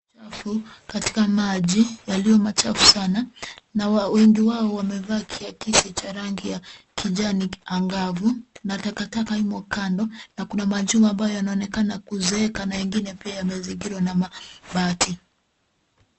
Uchafu katika maji yaliyo machafu sana na wengi wao wamevaa kiakisi cha rangi ya kijani angavu na takataka imo kando na kuna majumba ambayo yanaonekana kuzeeka na ingine pia yamezingirwa na mabati.